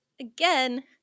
again